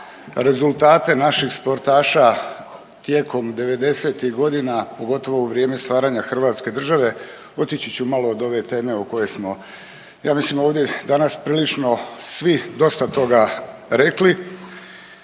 rezultate naših sportaša tijekom devedesetih godina pogotovo u vrijeme stvaranja Hrvatske države. Otići ću malo od ove teme o kojoj smo ja mislim ovdje danas prilično svi dosta toga rekli.